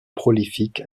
prolifique